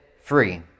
free